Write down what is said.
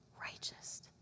righteous